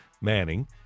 Manning